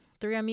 three